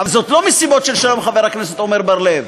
אבל זה לא מסיבות של שלום, חבר הכנסת עמר בר-לב.